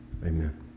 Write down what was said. amen